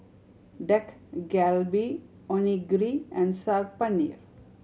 Dak Galbi Onigiri and Saag Paneer